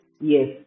yes